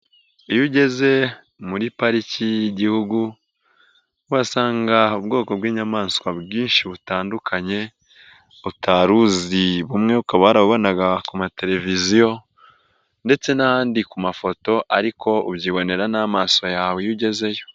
Iyo ugeze muri pariki y'igihugu uhasanga ubwoko bw'inyamaswa bwinshi butandukanye utaruzi bumwe ukaba warabubonaga ku mateleviziyo ndetse n'ahandi ku mafoto ariko ubyibonera n'amaso yawe iyo ugezeyo.